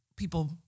People